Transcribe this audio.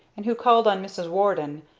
and who called on mrs. warden,